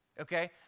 okay